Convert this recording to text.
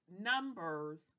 numbers